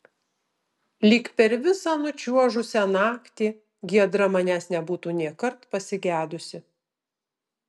lyg per visą nučiuožusią naktį giedra manęs nebūtų nėkart pasigedusi